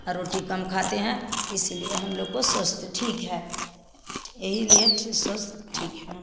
और रोटी कम खाते हैं इसीलिए हम लोगों का स्वास्थ्य ठीक है यही लिए स्वास्थ्य ठीक है